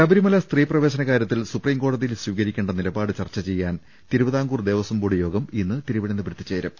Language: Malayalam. ശബരിമല സ്ത്രീ പ്രവേശന കാര്യത്തിൽ സൂപ്രീം കോടതി യിൽ സ്വീകരിക്കേണ്ട നിലപാട് ചർച്ച ചെയ്യാൻ തിരുവിതാംകൂർ ദേവസ്ഥം ബോർഡ് യോഗം ഇന്ന് തിരുവനന്തപുരത്ത് ചേരും